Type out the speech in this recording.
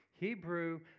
Hebrew